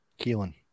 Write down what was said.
Keelan